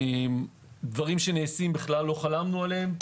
דברים שנעשים, בכלל לא חלמנו עליהם.